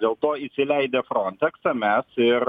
dėl to įsileidę fronteksą mes ir